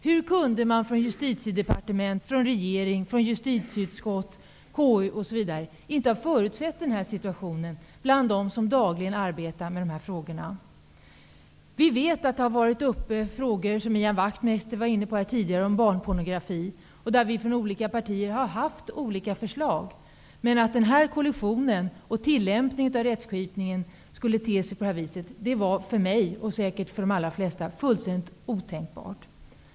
Varför kunde man inte i Justitiedepartementet, regeringen, justitieutskottet och konstitutionsutskottet, de som dagligen arbetar med de här frågorna, förutse denna situation? Vi vet att frågor om barnpornografi har varit uppe, som Ian Wachtmeister var inne på tidigare, där vi i olika partier har haft olika förslag. Men att den här kollisionen och tillämpningen av rättskipningen skulle te sig på det här sättet var för mig, och säkert för de allra flesta, fullständigt otänkbart.